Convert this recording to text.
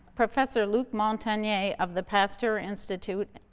professor luc montagnier of the pasteur institute,